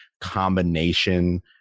combination